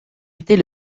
était